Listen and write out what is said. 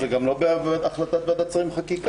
זה גם לא בהצעת ועדת השרים לחקיקה.